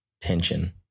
tension